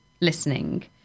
listening